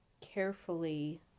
carefully